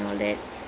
mm